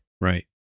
Right